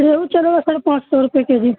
ریہو چلو ساڑھے پانچ سو روپے کے جی